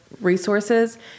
resources